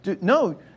No